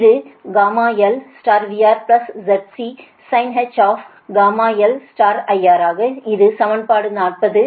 அது γl VRZCsinh γl IR ஆகும் இது சமன்பாடு 40